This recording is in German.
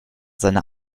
seiner